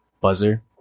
buzzer